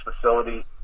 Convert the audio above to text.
facility